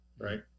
Right